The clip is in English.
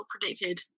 predicted